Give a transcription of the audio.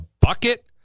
bucket